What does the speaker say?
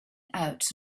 out